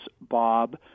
Bob